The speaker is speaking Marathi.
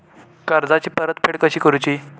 कर्जाची परतफेड कशी करुची?